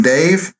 Dave